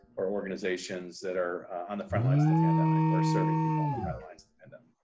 or organizations that are on the frontlines of the pandemic, or serving people on the frontlines of the pandemic,